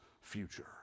future